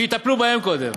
שיטפלו בהם קודם,